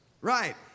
Right